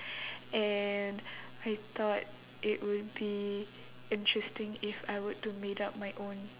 and I thought it would be interesting if I were to made up my own